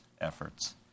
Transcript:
efforts